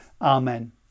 Amen